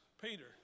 Peter